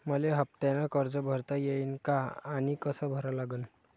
मले हफ्त्यानं कर्ज भरता येईन का आनी कस भरा लागन?